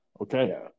Okay